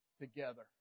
together